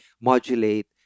modulate